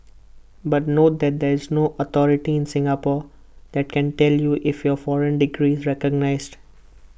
but note that there is no authority in Singapore that can tell you if your foreign degree is recognised